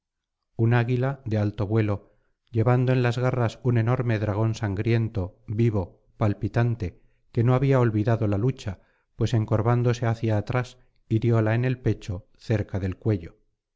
un águila de alto vuelo llevando en las garras un enorme dragón sangriento vivo palpitante que no había olvidado la lucha pues encorxándose hacia atrás hirióla en el pecho cerca del cuello